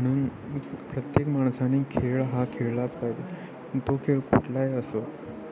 म्हणून प्रत्येक माणसानी खेळ हा खेळलाच पाहिजे तो खेळ कुठलाही असो